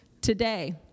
today